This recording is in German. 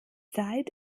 zeit